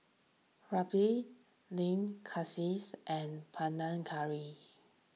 Raita Lamb and Panang Curry